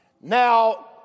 Now